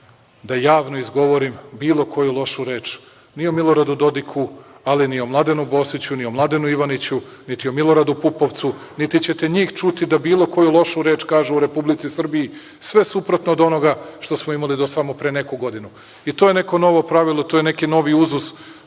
da javno izgovorim bilo koju lošu reč i o Miloradu Dodiku, ali ni o Mladenu Bosiću, ni o Mladenu Ivaniću, niti o Miloradu Pupovcu, niti ćete njih čuti da bilo koju lošu reč kažu o Republici Srbiji. Sve suprotno od onoga što smo imali do samo pre neku godinu. To je neko novo pravilo, to je neki novi uzus